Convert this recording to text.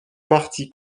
parti